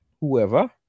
whoever